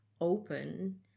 open